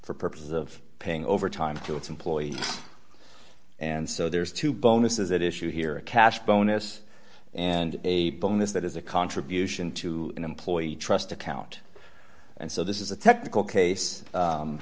for purposes of paying overtime to its employees and so there's two bonuses that issue here a cash bonus and a bonus that is a contribution to an employee trust account and so this is a technical case